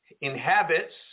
inhabits